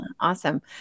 Awesome